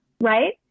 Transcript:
Right